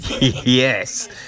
Yes